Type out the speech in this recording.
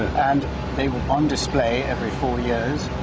and they were on display every four years,